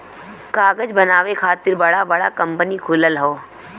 कागज बनावे खातिर बड़ा बड़ा कंपनी खुलल हौ